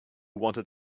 wanted